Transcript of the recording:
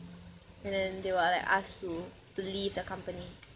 and then they were like asked to to leave the company